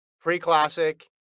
pre-classic